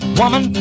woman